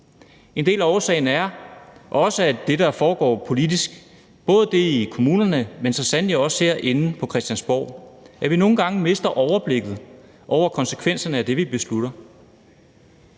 En del af årsagen er også det, der foregår politisk, både det i kommunerne, men så sandelig også det herinde på Christiansborg, og at vi nogle gange mister overblikket over konsekvenserne af det, vi beslutter.